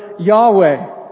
Yahweh